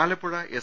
Alappuzha S